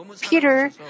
Peter